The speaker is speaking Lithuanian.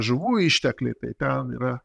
žuvų ištekliai tai ten yra